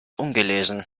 ungelesen